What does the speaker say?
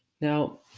Now